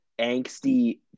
angsty